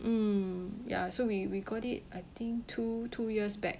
mm ya so we we got it I think two two years back